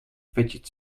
fidget